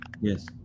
yes